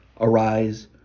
arise